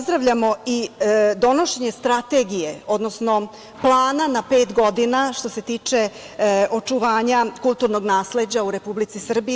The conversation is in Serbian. Pozdravljamo i donošenje strategije, odnosno plana na pet godina što se tiče očuvanja kulturnog nasleđa u Republici Srbiji.